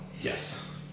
Yes